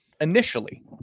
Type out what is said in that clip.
initially